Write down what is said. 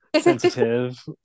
sensitive